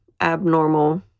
abnormal